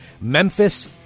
Memphis